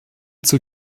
zur